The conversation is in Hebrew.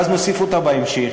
ואז נוסיף אותה בהמשך,